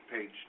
Page